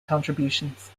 contributions